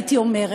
הייתי אומרת.